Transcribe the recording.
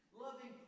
Loving